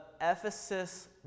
Ephesus